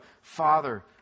father